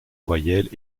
voyelles